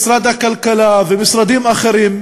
משרד הכלכלה ומשרדים אחרים,